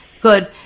good